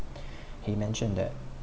he mention that